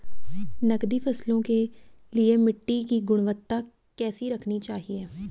नकदी फसलों के लिए मिट्टी की गुणवत्ता कैसी रखनी चाहिए?